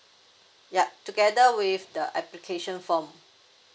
yup together with the application form